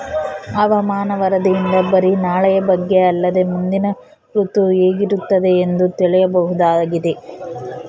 ಹವಾಮಾನ ವರದಿಯಿಂದ ಬರಿ ನಾಳೆಯ ಬಗ್ಗೆ ಅಲ್ಲದೆ ಮುಂದಿನ ಋತು ಹೇಗಿರುತ್ತದೆಯೆಂದು ತಿಳಿಯಬಹುದಾಗಿದೆ